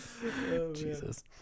Jesus